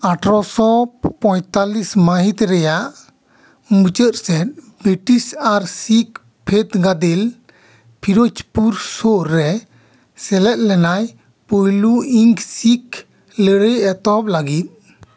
ᱟᱴᱷᱚᱨᱚᱥᱚ ᱯᱚᱭᱛᱟᱞᱤᱥ ᱢᱟᱹᱦᱤᱛ ᱨᱮᱭᱟᱜ ᱢᱩᱪᱟᱹᱫ ᱥᱮᱫ ᱵᱨᱤᱴᱤᱥ ᱟᱨ ᱥᱤᱠ ᱯᱷᱟᱹᱫ ᱜᱟᱫᱮᱞ ᱯᱷᱤᱨᱳᱡᱯᱩᱨ ᱥᱩᱨ ᱨᱮ ᱥᱮᱞᱮᱫ ᱞᱮᱱᱟᱭ ᱯᱳᱭᱞᱳ ᱤᱝᱠ ᱥᱤᱠ ᱞᱟᱹᱲᱦᱟᱹᱭ ᱮᱛᱚᱦᱚᱵ ᱞᱟᱹᱜᱤᱫ